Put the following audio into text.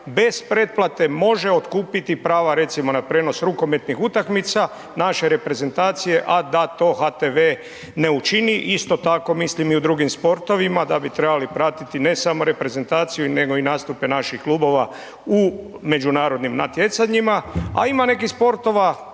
bez pretplate može otkupiti prava recimo na prijenos rukomentnih utakmica naše reprezentacije, a da to HTV ne učini isto tako mislim i u drugim sportovima da bi trebali pratiti ne samo reprezentaciju nego i nastupe naših klubova u međunarodnim natjecanjima, a ima nekih sportova